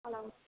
అలా